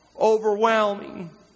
overwhelming